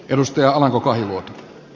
arvoisa herra puhemies